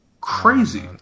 Crazy